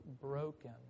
broken